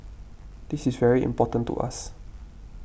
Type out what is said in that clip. this is very important to us